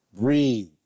Breathe